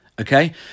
Okay